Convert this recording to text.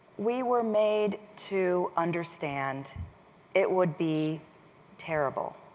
we were made to understand it would be terrible.